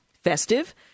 festive